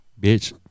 Bitch